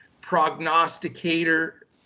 prognosticator